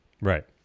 Right